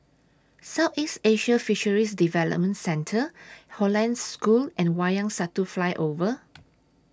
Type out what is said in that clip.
Southeast Asian Fisheries Development Centre Hollandse School and Wayang Satu Flyover